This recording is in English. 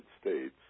States